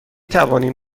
توانیم